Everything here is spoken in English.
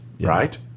right